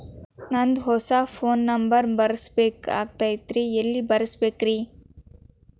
ನಂದ ಹೊಸಾ phone number ಬರಸಬೇಕ್ ಆಗೈತ್ರಿ ಎಲ್ಲೆ ಬರಸ್ಬೇಕ್ರಿ?